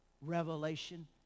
revelation